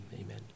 amen